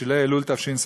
בשלהי אלול תשס"א.